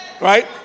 Right